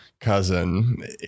cousin